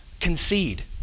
concede